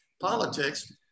politics